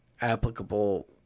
applicable